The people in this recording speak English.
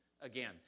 again